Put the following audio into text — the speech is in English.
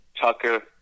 Tucker